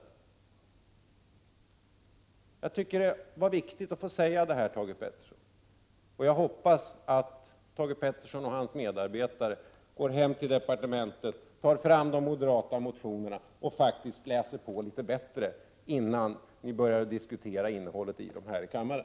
Jag tycker att det är viktigt att säga detta, Thage G Peterson. Jag hoppas att Thage G Peterson och hans medarbetare går hem till departementet, tar fram de moderata motionerna och läser på litet bättre innan de börjar diskutera innehållet i dem här i kammaren.